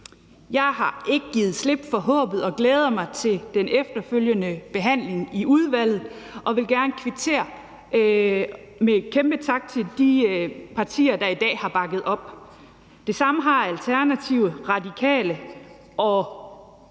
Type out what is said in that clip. Jeg har ikke givet slip på håbet og glæder mig til den efterfølgende behandling i udvalget og vil gerne kvittere med en kæmpe tak til de partier, der i dag har bakket op. Alternativet, Radikale og